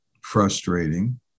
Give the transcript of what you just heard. frustrating